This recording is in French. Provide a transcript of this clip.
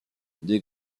deux